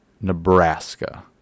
Nebraska